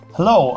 Hello